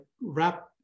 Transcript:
wrap